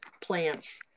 plants